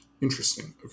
Interesting